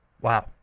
Wow